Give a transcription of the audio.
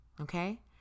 okay